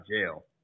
jail